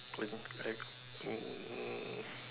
I I um